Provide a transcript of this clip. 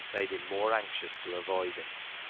made him more anxious to avoid it.